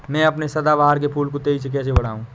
मैं अपने सदाबहार के फूल को तेजी से कैसे बढाऊं?